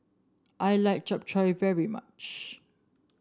I like Japchae very much